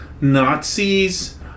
Nazis